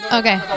okay